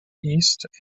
east